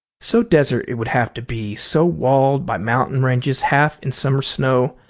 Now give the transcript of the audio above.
so desert it would have to be, so walled by mountain ranges half in summer snow,